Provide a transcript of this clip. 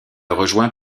rejoint